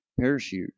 parachute